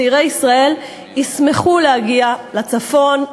צעירי ישראל ישמחו להגיע לצפון,